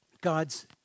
God's